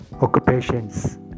occupations